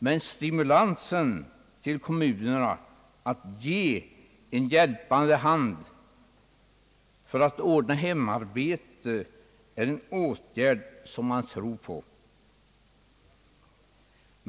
Men stimulansen till kommunerna genom att ge en hjälpande hand för att ordna hemarbete är en åtgärd som man tror på.